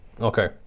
Okay